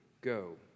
go